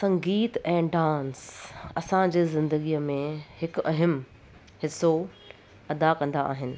संगीत ऐं डांस असांजे ज़िंदगीअ में हिकु अहमु हिसो अदा कंदा आहिनि